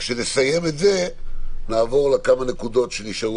כשנסיים את זה נעבור לכמה נקודות שנשארו